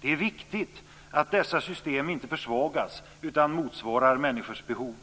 Det är viktigt att dessa system inte försvagas utan motsvarar människors behov.